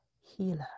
healer